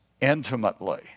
intimately